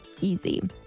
easy